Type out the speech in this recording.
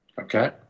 Okay